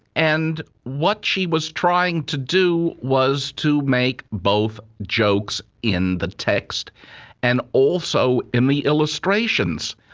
and what she was trying to do was to make both jokes in the text and also in the illustrations.